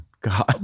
God